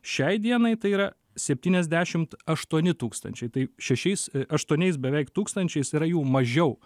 šiai dienai tai yra septyniasdešim aštuoni tūkstančiai tai šešiais aštuoniais beveik tūkstančiais yra jų mažiau